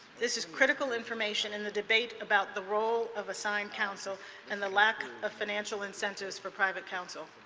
this is critical information in the debate about the role of assigned counsel and the lack of financial incentives for private counsel.